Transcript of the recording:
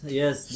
yes